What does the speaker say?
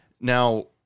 Now